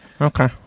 Okay